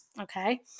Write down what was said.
okay